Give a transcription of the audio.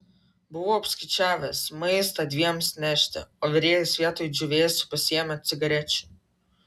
buvau apskaičiavęs maistą dviems nešti o virėjas vietoj džiūvėsių pasiėmė cigarečių